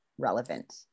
relevant